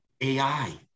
AI